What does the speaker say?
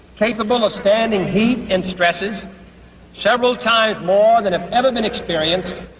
capable of standing heat and stresses several times more than ah ever been experienced.